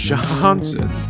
Johnson